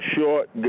short